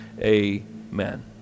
Amen